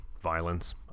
violence